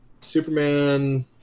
Superman